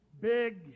big